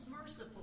merciful